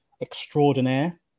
Extraordinaire